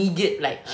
ah